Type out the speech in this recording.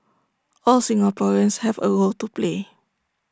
all Singaporeans have A role to play